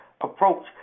approach